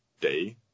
day